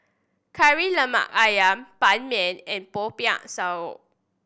Kari Lemak Ayam Ban Mian and Popiah Sayur